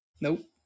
nope